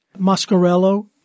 Mascarello